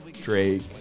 Drake